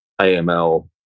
AML